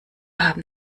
haben